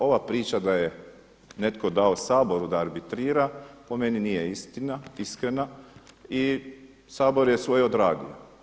Ova priča da je netko dao Saboru da arbitrira po meni nije istina iskreno, i Sabor je svoje odradio.